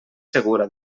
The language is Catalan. segura